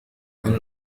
على